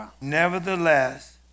Nevertheless